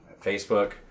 Facebook